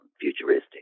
futuristic